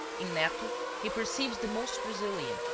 in netto he perceives the most brazilian,